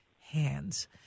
hands